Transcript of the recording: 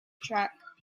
track